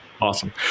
awesome